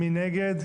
מי נגד?